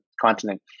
continent